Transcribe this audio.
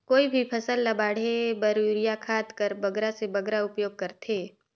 कोई भी फसल ल बाढ़े बर युरिया खाद कर बगरा से बगरा उपयोग कर थें?